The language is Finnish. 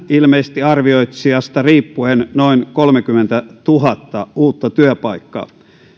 ilmeisesti vähän arvioitsijasta riippuen noin kolmekymmentätuhatta uutta työpaikkaa